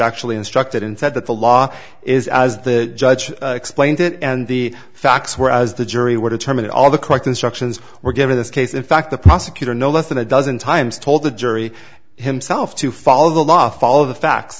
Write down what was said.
actually instructed and said that the law is as the judge explained it and the facts were as the jury would determine it all the practice sections were given this case in fact the prosecutor no less than a dozen times told the jury himself to follow the law follow the facts